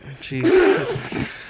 Jesus